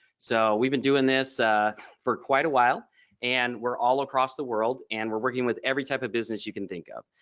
so we've been doing this for quite a while and we're all across the world and we're working with every type of business you can think of.